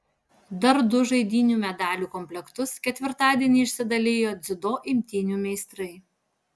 dar du žaidynių medalių komplektus ketvirtadienį išsidalijo dziudo imtynių meistrai